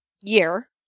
year